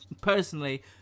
personally